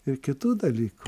ir kitų dalykų